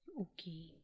Okay